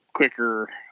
quicker